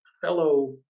fellow